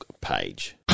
page